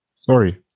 Sorry